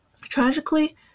Tragically